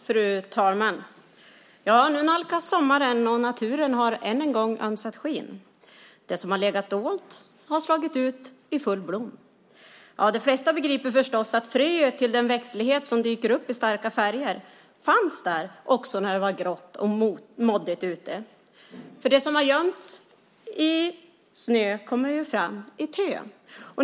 Fru talman! Nu nalkas sommaren, och naturen har än en gång ömsat skinn. Det som har legat dolt har slagit ut i full blom. De flesta begriper förstås att fröet till den växtlighet som dyker upp i starka färger fanns där också när det var grått och moddigt ute. Det som har gömts i snö kommer ju fram i tö.